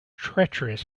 treacherous